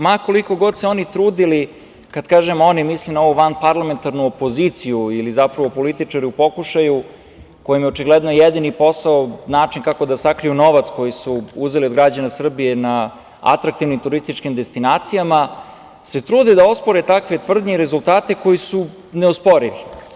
Ma koliko god se oni trudili, kad kažem oni mislim na ovu vanparlamentarnu opoziciju ili zapravo političare u pokušaju kojima je očigledno jedini posao način kako da sakriju novac koji su uzeli od građana Srbije na atraktivnim turističkim destinacijama, se trude da ospore takve tvrdnje i rezultate koji su neosporivi.